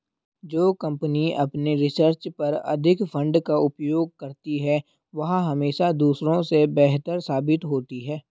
जो कंपनी अपने रिसर्च पर अधिक फंड का उपयोग करती है वह हमेशा दूसरों से बेहतर साबित होती है